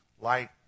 Light